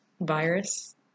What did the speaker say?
virus